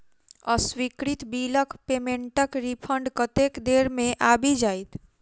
अस्वीकृत बिलक पेमेन्टक रिफन्ड कतेक देर मे आबि जाइत?